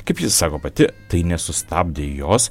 kaip ji sako pati tai nesustabdė jos